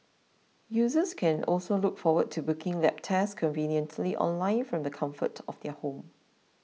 users can also look forward to booking lab tests conveniently online from the comfort of their home